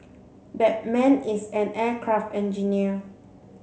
that man is an aircraft engineer